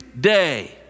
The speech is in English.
day